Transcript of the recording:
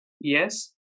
Yes